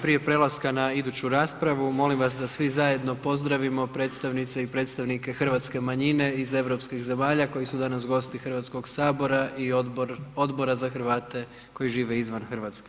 Prije prelaska na iduću raspravu, molim vas da svi zajedno pozdravimo predstavnice i predstavnike Hrvatske manjine iz europskih zemalja koji su danas gosti HS i odbor, Odbora za Hrvate koji žive izvan RH.